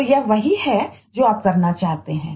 तो यह वही है जो आप करना चाहते हैं